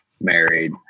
married